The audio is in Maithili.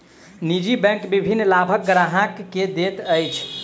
निजी बैंक विभिन्न लाभ ग्राहक के दैत अछि